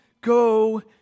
go